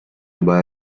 juba